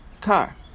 car